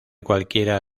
cualquiera